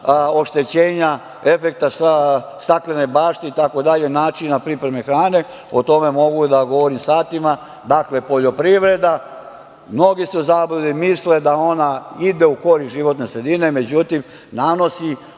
oštećenja, efekta staklene bašte, načina pripreme hrane o tome mogu da govorim satima. Dakle, poljoprivreda, mnogi su u zabludi, misle da ona ide u korist životne sredine, međutim nanosi